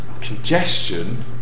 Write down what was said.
Congestion